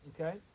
okay